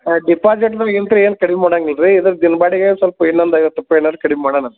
deposit ನಮಗಂತು ಏನೂ ಕಡ್ಮೆ ಮಾಡಾಂಗಿಲ್ಲರಿ ಇದ್ರದ್ದು ದಿನ ಬಾಡಿಗೆ ಸ್ವಲ್ಪ ಇನ್ನೊಂದು ಐವತ್ತು ರೂಪಾಯಿ ಏನಾರು ಕಡಿಮೆ ಮಾಡೋಣಂತೆ